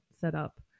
setup